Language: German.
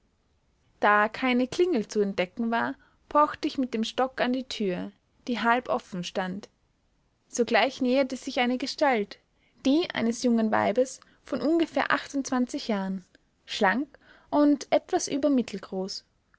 da keine klingel zu entdecken war pochte ich mit dem stock an die tür die halb offen stand sogleich näherte sich eine gestalt die eines jungen weibes von ungefähr achtundzwanzig jahren schlank und etwas über mittelgröße